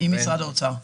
עם משרד האוצר.